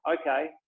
okay